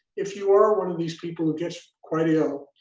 if you are one of these people that gets quite ill,